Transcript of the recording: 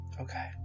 Okay